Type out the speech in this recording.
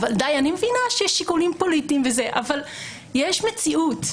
אני מבינה שיש שיקולים פוליטיים, אבל יש מציאות.